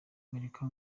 amerika